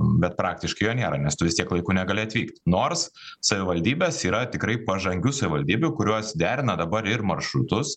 bet praktiškai jo nėra nes tu vis tiek laiku negali atvykt nors savivaldybės yra tikrai pažangių savivaldybių kurios derina dabar ir maršrutus